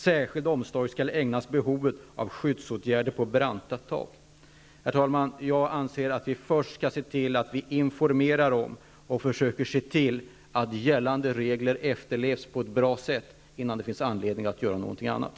Särskild omsorg skall ägnas behovet av skyddsåtgärder på branta tak. Herr talman! Jag anser att vi först skall informera om gällande regler och försöka se till att dessa efterlevs på ett bra sätt, innan det finns anledning att göra någonting annat.